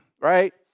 right